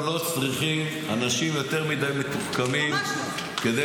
אנחנו לא צריכים אנשים יותר מדי מתוחכמים כדי